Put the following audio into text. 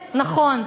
נכון,